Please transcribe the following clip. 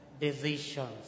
decisions